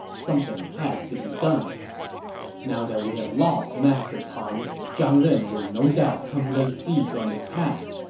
something had to be done now that we have lost master pang, zhang ren will no doubt come lay siege on this pass,